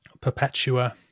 Perpetua